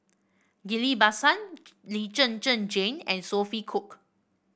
Ghillie Basan Lee Zhen Zhen Jane and Sophia Cooke